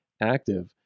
active